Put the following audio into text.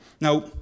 Now